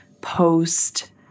post